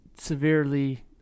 severely